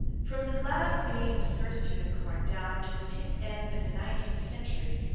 from the glad whinny of the first unicorn down to the tip end of the nineteenth century,